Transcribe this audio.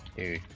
a